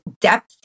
depth